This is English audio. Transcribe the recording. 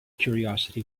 curiosity